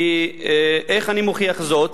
איך אני מוכיח זאת?